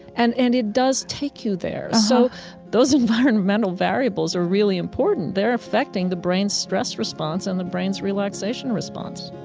and and it does take you there. so those environmental variables are really important. they're affecting the brain's stress response and the brain's relaxation response